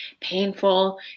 painful